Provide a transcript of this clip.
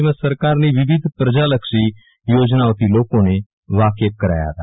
જેમા સરકારની વિવિધ પ્રથાલક્ષી યોજનાઓથી લોકોને વાકેફ કરાયા હતા